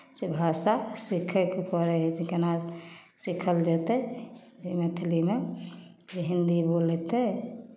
जे भाषा सीखयके पड़ै हइ जे केना सीखल जेतै जे मैथिलीमे जे हिंदी बोलतै